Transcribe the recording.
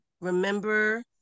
remember